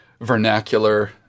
vernacular